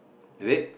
is it